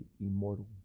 immortal